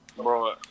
Bro